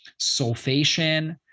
sulfation